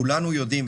כולנו יודעים,